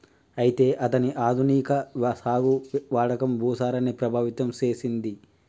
అయితే అతని ఆధునిక సాగు వాడకం భూసారాన్ని ప్రభావితం సేసెసింది